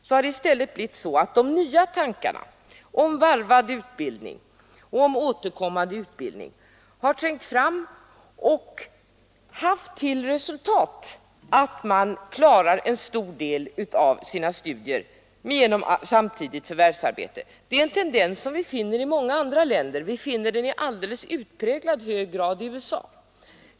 I stället har det blivit så att de nya tankarna om varvad utbildning och förvärvsarbete och om återkommande utbildning har trängt fram och haft till resultat att man klarar en stor del av sina studier med samtidigt förvärvsarbete. Det är en tendens som vi finner i många andra länder — i utpräglat hög grad i USA.